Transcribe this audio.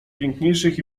piękniejszych